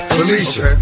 Felicia